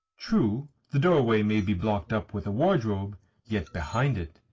true, the doorway may be blocked up with a wardrobe yet behind it,